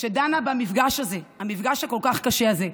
שדנה במפגש הכל-כך קשה הזה.